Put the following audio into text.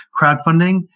crowdfunding